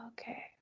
okay